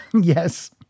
Yes